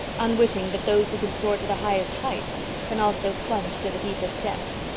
unwitting that those who can soar to the highest heights can also plunge to the deepest depths,